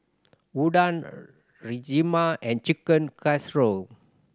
Udon Rajma and Chicken Casserole